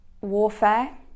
warfare